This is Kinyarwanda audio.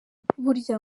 burya